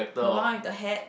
the one with the hat